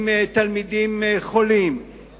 עם תלמידים חולים,